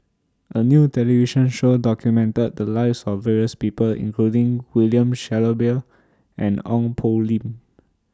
A New television Show documented The Lives of various People including William Shellabear and Ong Poh Lim